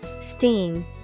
Steam